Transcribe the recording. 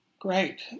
great